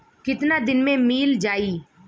कितना दिन में मील जाई?